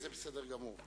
זה בסדר גמור.